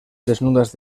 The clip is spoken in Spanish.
desnudas